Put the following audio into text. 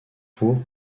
pour